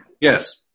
Yes